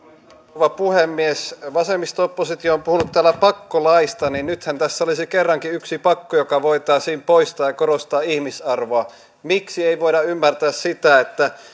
rouva puhemies kun vasemmisto oppositio on puhunut täällä pakkolaeista niin nythän tässä olisi kerrankin yksi pakko joka voitaisiin poistaa ja korostaa ihmisarvoa miksi ei voida ymmärtää sitä että